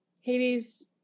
hades